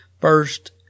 First